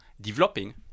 developing